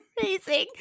amazing